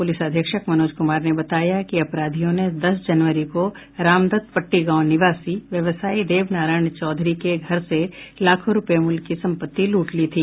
police अधीक्षक मनोज कुमार ने बताया कि अपराधियों ने दस जनवरी को रामदत्तपट्टी गांव निवासी व्यवसायी देबनारायण चौधरी के घर से लाखों रूपये मूल्य की संपत्ति लूट ली थी